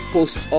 Post